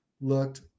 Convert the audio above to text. looked